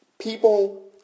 people